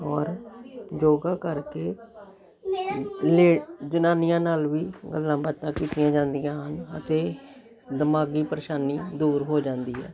ਔਰ ਯੋਗਾ ਕਰਕੇ ਲੇ ਜਨਾਨੀਆਂ ਨਾਲ ਵੀ ਗੱਲਾਂ ਬਾਤਾਂ ਕੀਤੀਆਂ ਜਾਂਦੀਆਂ ਹਨ ਅਤੇ ਦਿਮਾਗੀ ਪਰੇਸ਼ਾਨੀ ਦੂਰ ਹੋ ਜਾਂਦੀ ਹੈ